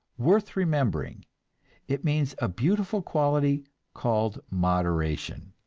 worth remembering it means a beautiful quality called moderation.